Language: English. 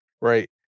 Right